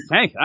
Hey